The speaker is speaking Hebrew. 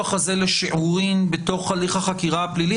הזה לשיעורין בתוך הליך החקירה הפלילי?